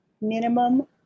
minimum